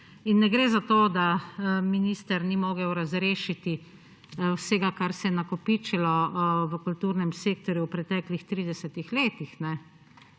Ne gre za to, da minister ni mogel razrešiti vsega, kar se je nakopičilo v kulturnem sektorju v preteklih 30-ih letih.